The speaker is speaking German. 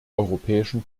europäischen